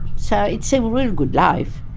so it's a really good life.